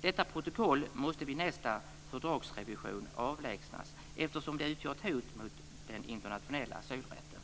Detta protokoll måste vid nästa fördragsrevision avlägsnas eftersom det utgör ett hot mot den internationella asylrätten.